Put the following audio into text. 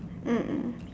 mm